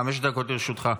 חמש דקות לרשותך.